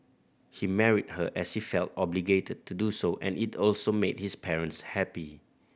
he married her as he felt obligated to do so and it also made his parents happy